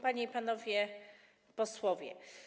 Panie i Panowie Posłowie!